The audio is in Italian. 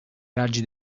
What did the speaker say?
raggi